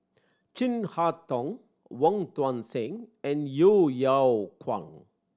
Chin Harn Tong Wong Tuang Seng and Yeo Yeow Kwang